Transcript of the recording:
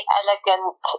elegant